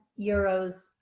euros